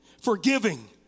forgiving